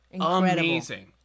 amazing